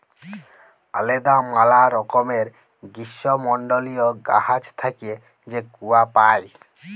আলেদা ম্যালা রকমের গীষ্মমল্ডলীয় গাহাচ থ্যাইকে যে কূয়া পাই